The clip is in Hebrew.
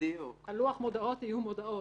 על לוח מודעות יהיו מודעות.